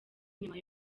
nyuma